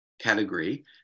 category